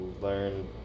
learn